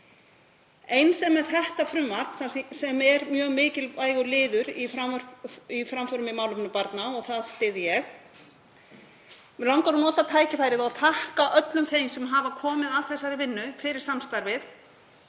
Eins er með þetta frumvarp sem er mjög mikilvægur liður í framförum í málefnum barna og það styð ég. Mig langar að nota tækifærið og þakka öllum þeim sem hafa komið að þessari vinnu fyrir samstarfið.